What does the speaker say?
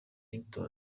ringtone